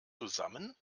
zusammen